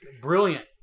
Brilliant